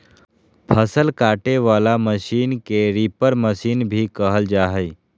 फसल काटे वला मशीन के रीपर मशीन भी कहल जा हइ